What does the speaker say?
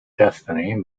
destiny